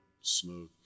smoke